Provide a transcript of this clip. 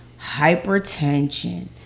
hypertension